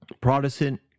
Protestant